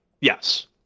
Yes